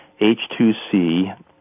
H2C